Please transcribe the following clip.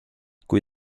kui